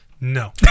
No